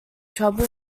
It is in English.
trouble